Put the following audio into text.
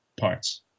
parts